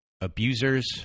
abusers